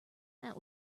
that